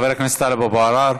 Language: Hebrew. חבר הכנסת טלב אבו עראר.